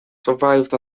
survived